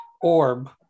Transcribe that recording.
orb